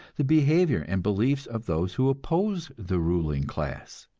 the behavior and beliefs of those who oppose the ruling class